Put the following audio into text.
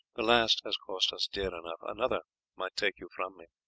the last has cost us dear enough, another might take you from me.